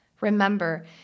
remember